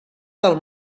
del